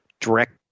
Direct